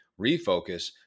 refocus